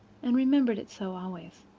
and remembered it so always.